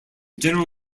general